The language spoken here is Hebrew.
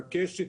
בבקשה.